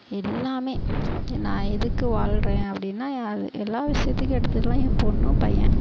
எல்லாமே நான் எதுக்கு வாழ்றேன் அப்படின்னா அது எல்லா விஷயத்துக்கும் எடுத்துக்கலாம் என் பெண்ணு பையன்